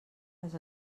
les